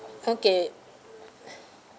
okay